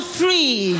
free